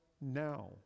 now